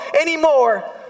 anymore